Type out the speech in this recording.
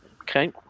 Okay